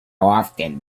often